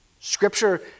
Scripture